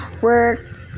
work